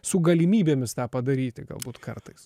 su galimybėmis tą padaryti galbūt kartais